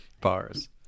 bars